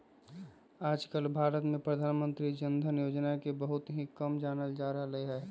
आजकल भारत में प्रधानमंत्री जन धन योजना के बहुत ही कम जानल जा रहले है